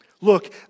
Look